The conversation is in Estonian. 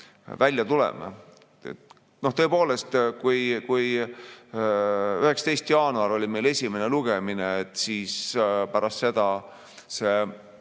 välja tuleme? Tõepoolest, kui 19. jaanuaril oli meil esimene lugemine, siis pärast seda oli